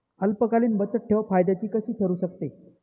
अल्पकालीन बचतठेव फायद्याची कशी ठरु शकते?